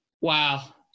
Wow